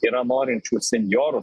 yra norinčių senjorų